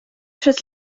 przez